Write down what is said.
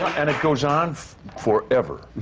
and it goes on forever.